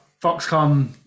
Foxconn